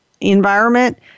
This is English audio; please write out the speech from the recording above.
environment